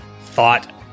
thought